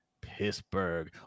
Pittsburgh